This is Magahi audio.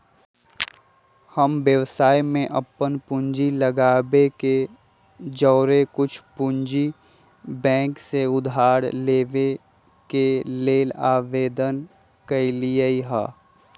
हम व्यवसाय में अप्पन पूंजी लगाबे के जौरेए कुछ पूंजी बैंक से उधार लेबे के लेल आवेदन कलियइ ह